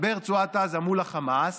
ברצועת עזה מול החמאס,